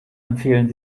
empfehlen